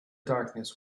darkness